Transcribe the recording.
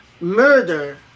murder